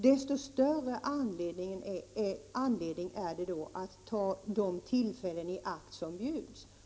Desto större anledning är det då att ta de tillfällen i akt som bjuds!